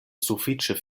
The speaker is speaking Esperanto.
sufiĉe